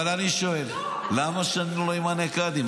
אבל אני שואל, למה שאני לא אמנה קאדים?